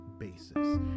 basis